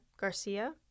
Garcia